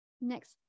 Next